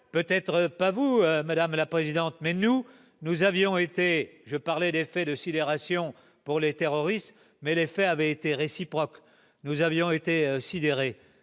peut-être pas vous, madame la présidente, mais nous, nous avions été je parlais d'effet de sidération pour les terroristes, mais les faits avaient été réciproque, nous avions été sidéré